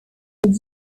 were